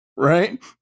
Right